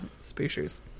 species